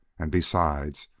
and, besides,